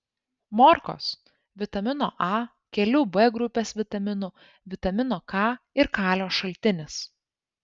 morkos vitamino a kelių b grupės vitaminų vitamino k ir kalio šaltinis